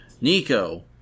Nico